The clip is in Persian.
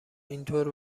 اینطور